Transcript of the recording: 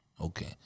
Okay